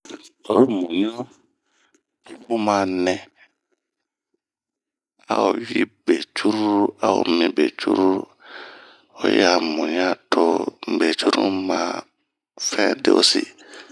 Oyi muɲua, to bun ma nɛ, ao yi be cururu, ao mii be cururu, oyi bɛ muɲua to be cururu fɛn de'o si.